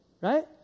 right